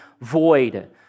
void